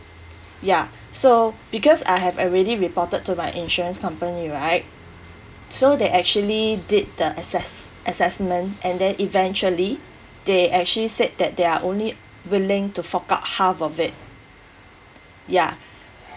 ya so because I have already reported to my insurance company right so they actually did the assess~ assessment and then eventually they actually said that they are only willing to fork out half of it ya